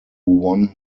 won